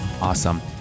Awesome